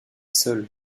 seuls